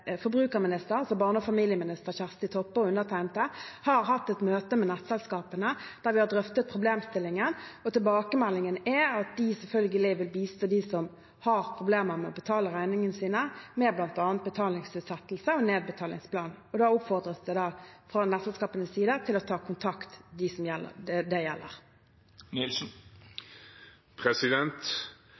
forbrukerministeren, altså barne- og familieminister Kjersti Toppe, og undertegnede har hatt et møte med nettselskapene der vi drøftet problemstillingen. Tilbakemeldingen er at de selvfølgelig vil bistå dem som har problemer med å betale regningene sine, med bl.a. betalingsutsettelse og nedbetalingsplan. Fra nettselskapenes side oppfordres de det gjelder, om å ta kontakt. Fremskrittspartiet foreslo langt mer enn bare å gi 4 000 kr. Vi foreslo også tiltak som